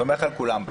סומך על כולם.